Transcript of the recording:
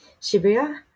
Shibuya